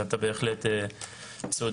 ואתה בהחלט צודק,